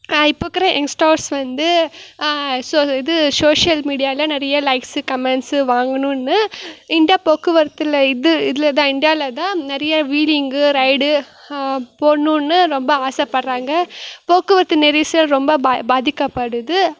இப்போ இருக்குற எங்க்ஸ்டர்ஸ் வந்து ஸோ இது சோஷியல் மீடியாவில நிறைய லைக்ஸு கமெண்ட்ஸு வாங்கணுன்னு தான் இண்டியா போக்குவரத்தில் இது இதில் தான் இண்டியாவில தான் நிறைய வீலிங்கு ரைடு போகணுன்னு ரொம்ப ஆசைப்பட்றாங்க போக்குவரத்து நெரிசல் ரொம்ப ப பாதிக்கப்படுது